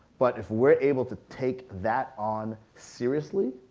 but if we're able to take that on seriously,